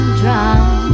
drown